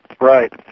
Right